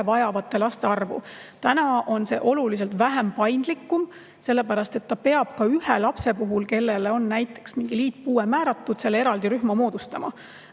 vajavate laste arvu. Täna on see oluliselt vähem paindlikum, sellepärast et [lasteaed] peab ka ühe lapse puhul, kellele on näiteks mingi liitpuue määratud, selle eraldi rühma moodustama.